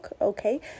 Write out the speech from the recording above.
okay